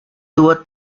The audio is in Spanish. tuvo